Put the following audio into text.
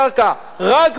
רק בנייה רוויה.